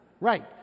Right